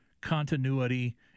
continuity